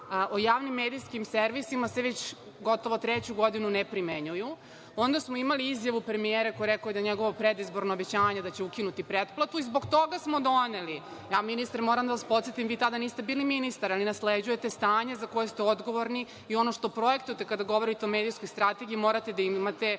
o javnim medijskim servisima se već gotovo treću godinu ne primenjuje. Onda smo imali izjavu premijera koji je rekao njegovo predizborno obećanje da će ukinuti pretplati. Zbog toga smo doneli, ministre, moram da vas podsetim, vi tada niste bili ministar, ali nasleđujete stanje za koje ste odgovorni i ono što projektujete kada govorite o medijskoj strategiji morate da imate